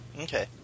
Okay